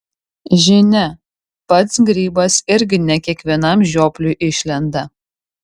žinia pats grybas irgi ne kiekvienam žiopliui išlenda